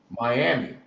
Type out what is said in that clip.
Miami